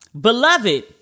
beloved